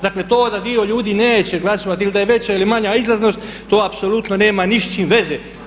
Dakle, to da dio ljudi neće glasovati ili da je veća ili manja izlaznost, to apsolutno nema ni s čim veze.